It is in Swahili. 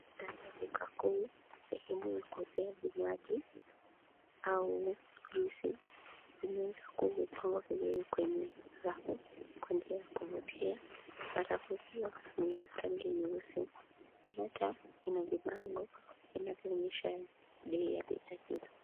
Ndani ya duka kuu sehemu ya kuuzia vinywaji au juisi ikiwa imepangwa vizuri kwenye rafu kwa njia ya kuvutia na rafu hiyo ni ya rangi nyeusi na ina vibango vinaonyesha bei ya bidhaa hizo.